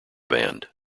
band